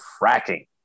fracking